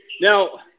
now